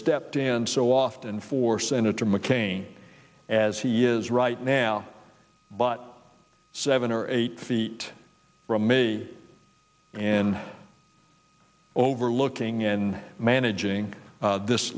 stepped in so often for senator mccain as he is right now but seven or eight feet from me and overlooking and managing this